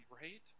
right